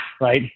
right